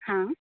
ಹಾಂ